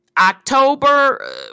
October